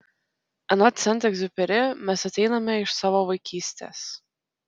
anot sent egziuperi mes ateiname iš savo vaikystės